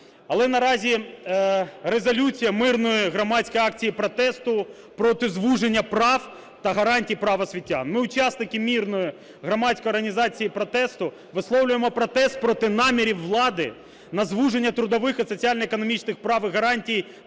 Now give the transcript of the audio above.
Але наразі резолюція мирної громадської акції протесту проти звуження прав та гарантій прав освітян. "Ми, учасники мирної громадської організації протесту, висловлюємо протест проти намірів влади на звуження трудових і соціально-економічних прав і гарантій